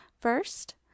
first